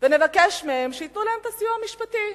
ונבקש מהם שייתנו להן את הסיוע המשפטי.